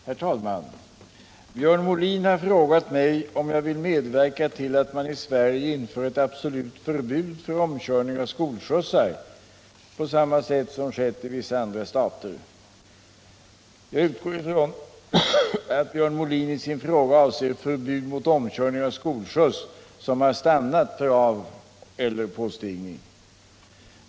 Herr talman! Björn Molin har fråga mig om jag vill medverka till att man i Sverige inför ett absolut förbud mot omkörning av skolskjutsar på samma sätt som skett i vissa andra stater. Jag utgår ifrån att Björn Molin i sin fråga avser förbud mot omkörning av skolskjuts som har stannat för aveller påstigning.